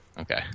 Okay